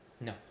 No